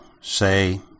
say